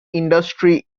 industry